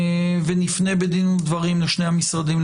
ונפנה בדין ודברים לשני המשרדים,